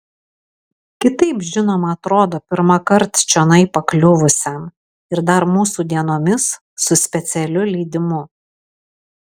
kitaip žinoma atrodo pirmąkart čionai pakliuvusiam ir dar mūsų dienomis su specialiu leidimu